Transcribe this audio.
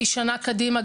שנה קדימה,